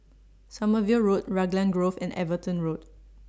Sommerville Road Raglan Grove and Everton Road